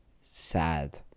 sad